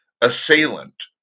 assailant